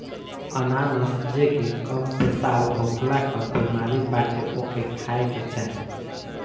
अनानास जेके कम पेशाब होखला कअ बेमारी बाटे ओके खाए के चाही